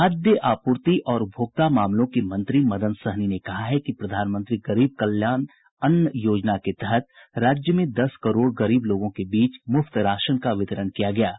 खाद्य आपूर्ति और उपभोक्ता मामलो के मंत्री मदन सहनी ने कहा है कि प्रधानमंत्री गरीब कल्याण अन्न योजना के तहत राज्य में दस करोड़ गरीब लोगों के बीच मुफ्त राशन का वितरण किया गया है